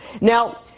now